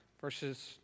verses